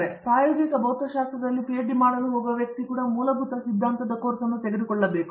ಆದ್ದರಿಂದ ಪ್ರಾಯೋಗಿಕ ಭೌತಶಾಸ್ತ್ರದಲ್ಲಿ ಪಿಎಚ್ಡಿ ಮಾಡಲು ಹೋಗುವ ವ್ಯಕ್ತಿ ಕೂಡ ಮೂಲಭೂತ ಸಿದ್ಧಾಂತದ ಕೋರ್ಸ್ ತೆಗೆದುಕೊಳ್ಳುತ್ತಿದ್ದಾರೆ